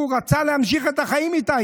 הוא רצה להמשיך את החיים איתה,